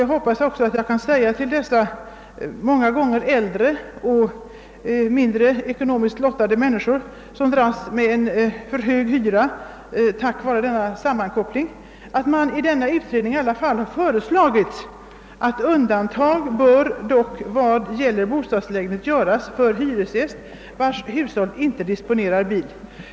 Jag hoppas att jag nu skall kunna säga till de ofta äldre och ekonomiskt sämre lottade människor, som får dras med en för hög hyra till följd av denna obligatoriska sammankoppling av garage eller uppställningsplats för bil med bostadshyran, att denna utredning i varje fall har föreslagit att vad beträffar bostadslägenheter un dantag bör göras för hyresgäst, som i sitt hushåll inte disponerar bil.